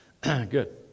Good